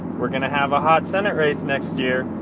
we're going to have a hot senate race next year.